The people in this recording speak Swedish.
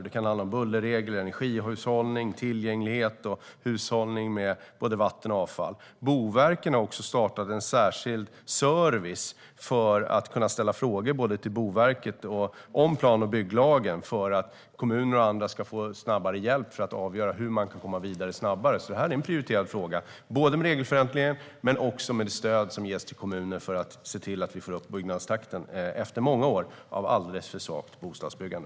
Det kan handla om bullerregler, energihushållning, tillgänglighet och hushållning med både vatten och avfall. Boverket har startat en särskild service för att kommuner och andra ska kunna ställa frågor till verket om plan och bygglagen och få hjälp att avgöra hur de kan komma vidare snabbare. Detta är en prioriterad fråga, både när det gäller regelförenklingar och det stöd som ges till kommuner för att se till att få upp byggtakten efter många år med alldeles för svagt bostadsbyggande.